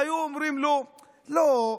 היו אומרים לו: לא,